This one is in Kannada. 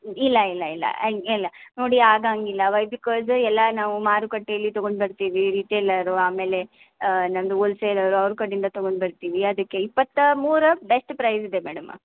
ಇಲ್ಲ ಇಲ್ಲ ಇಲ್ಲ ಹಂಗ್ ಇಲ್ಲ ನೋಡಿ ಆಗೋಂಗಿಲ್ಲ ವೈ ಬಿಕಾಸ್ ಎಲ್ಲ ನಾವು ಮಾರುಕಟ್ಟೇಲ್ಲಿ ತೊಗೊಂಡು ಬರ್ತೀವಿ ರೀಟೇಲರ್ರು ಆಮೇಲೆ ನಮ್ಮದು ಓಲ್ಸೇಲರು ಅವ್ರ ಕಡಿಂದ ತೊಗೊಂಡು ಬರ್ತೀವಿ ಅದಕ್ಕೆ ಇಪ್ಪತ್ಮೂರು ಬೆಸ್ಟ್ ಪ್ರೈಸ್ ಇದೆ ಮೇಡಮ